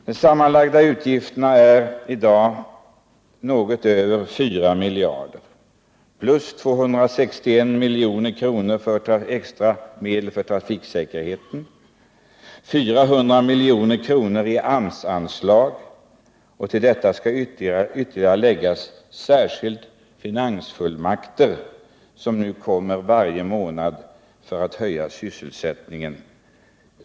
De sammanlagda utgifterna är i dag något över 4 miljarder plus 261 miljoner i extra medel för trafiksäkerheten plus 400 miljoner i AMS anslag. Till detta skall ytterligare läggas särskilda finansfullmakter, som nu kommer varje månad för att öka sysselsättningen.